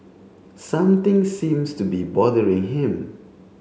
something seems to be bothering him